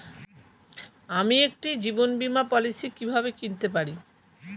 আমি একটি জীবন বীমা পলিসি কিভাবে কিনতে পারি?